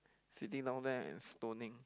sitting down there and stoning